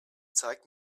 zeig